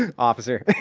and officer.